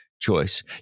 choice